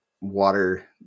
water